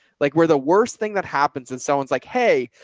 like, where the worst thing that happens in someone's like, hey,